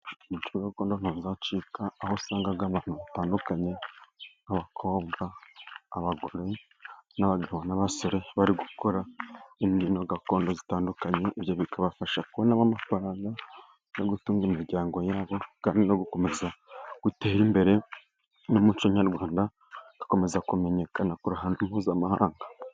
Umuco gakondo ntuzacika, aho usanga abantu batandukanye nk'abakobwa, abagore n'abagabo n'abasore bari gukora imbyino gakondo zitandukanye. Ibyo bikabafasha kubona amafaranga yo gutunga imiryango yabo kandi no gukomeza gutera imbere n'umuco nyarwanda ugakomeza kumenyekana ku ruhando mpuzamahanga.